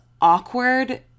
awkward